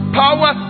power